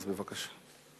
אז בבקשה.